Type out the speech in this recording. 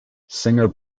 singer